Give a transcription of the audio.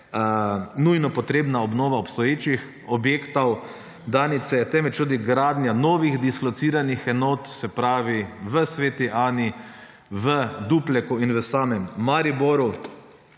nujno potrebna obnova obstoječih objektov, temveč tudi gradnja novih dislociranih enot, se pravi v Sveti Ani, v Dupleku in v samem Mariboru.